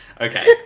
Okay